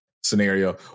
scenario